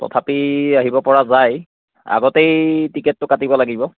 তথাপি আহিব পৰা যায় আগতেই টিকেটটো কাটিব লাগিব